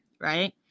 Right